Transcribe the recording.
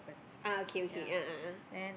ah okay okay a'ah a'ah